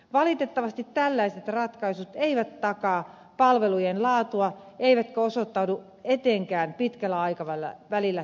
valitettavasti tällaiset ratkaisut eivät takaa palveluiden laatua eivätkä osoittaudu etenkään pitkällä aikavälillä taloudellisiksi